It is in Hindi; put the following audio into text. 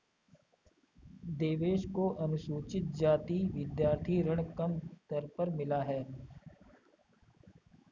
देवेश को अनुसूचित जाति विद्यार्थी ऋण कम दर पर मिला है